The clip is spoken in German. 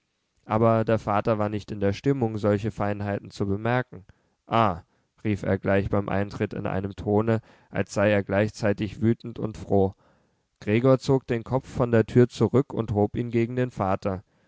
aber der vater war nicht in der stimmung solche feinheiten zu bemerken ah rief er gleich beim eintritt in einem tone als sei er gleichzeitig wütend und froh gregor zog den kopf von der tür zurück und hob ihn gegen den vater